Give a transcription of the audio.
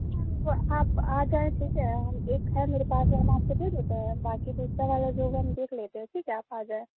نہیں میم آپ آ جائیں ٹھیک ہے ہم ایک ہے میرے پاس وہ ہم آپ کو دے دیتے ہیں باقی دوسرا والا جو ہے وہ ہم دیکھ لیتے ہیں ٹھیک ہے آپ آ جائیں